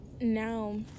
Now